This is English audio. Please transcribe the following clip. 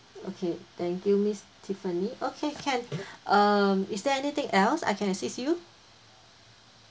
okay thank you miss tiffany okay can um is there anything else I can assist you